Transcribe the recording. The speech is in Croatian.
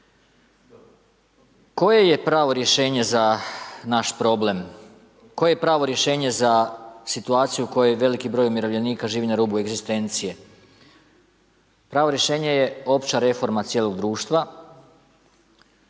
Koje je pravo rješenje za naš problem, koje je pravo rješenje za situaciju u kojoj veliki broj umirovljenika živi na rubu egzistencije? Pravo rješenje je opća reforma cijelog društva,